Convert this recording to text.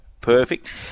perfect